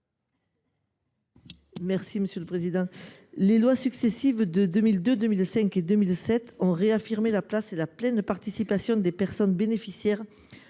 n° 93 rectifié. Les lois successives de 2002, 2005 et 2007 ont réaffirmé la place et la pleine participation des personnes bénéficiaires